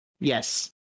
Yes